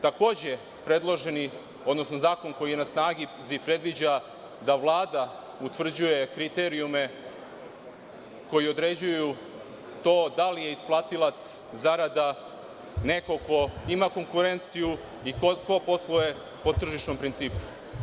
Takođe, predloženi, odnosno zakon koji je na snazi predviđa da Vlada utvrđuje kriterijume koji određuju to da li je isplatilac zarada neko ko ima konkurenciju i ko posluje po tržišnom principu.